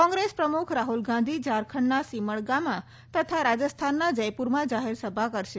કોંગ્રેસ પ્રમુખ રાહુલ ગાંધી ઝારખંડના સિમળગામાં તથા રાજસ્થાનના જયપુરમાં જાહેરસભા કરશે